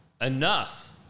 enough